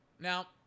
Now